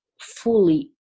fully